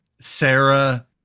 Sarah